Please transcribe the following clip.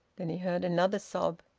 then he heard another sob.